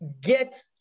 get